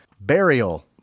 burial